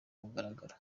mugaragaro